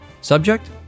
Subject